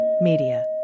Media